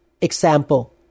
example